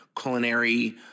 culinary